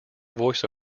voice